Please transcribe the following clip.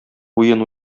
уен